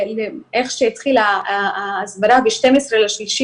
איך שהתחילה ההסברה ב-12.3,